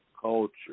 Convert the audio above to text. culture